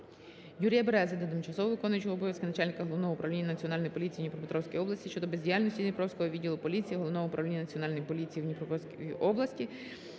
Юрія Берези до тимчасово виконуючого обов'язки начальника Головного управління Національній поліції в Дніпропетровській області щодо бездіяльності Дніпровського відділу поліції Головного управління Національної поліції в Дніпропетровській області